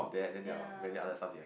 ya